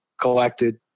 collected